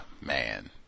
man